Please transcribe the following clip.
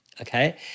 Okay